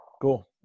Cool